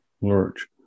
lurch